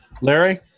Larry